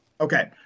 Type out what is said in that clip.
Okay